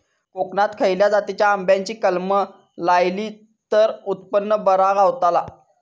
कोकणात खसल्या जातीच्या आंब्याची कलमा लायली तर उत्पन बरा गावताला?